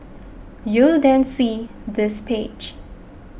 you'll then see this page